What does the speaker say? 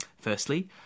Firstly